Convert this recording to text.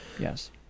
yes